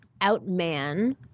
outman